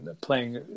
Playing